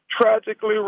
tragically